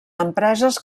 empreses